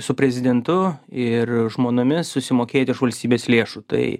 su prezidentu ir žmonomis susimokėti iš valstybės lėšų tai